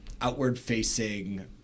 outward-facing